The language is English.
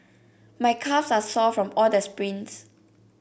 my calves are sore from all the sprints